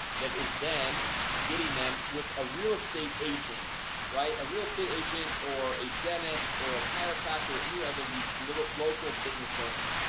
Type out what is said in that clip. that is then getting them with a real estate agent right a real estate agent or a dentist or a chiropractor any other these little local business owners?